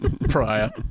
prior